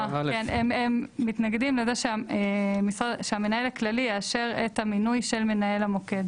הם מתנגדים לזה שהמנהל הכללי יאשר את המינוי של מנהל המוקד.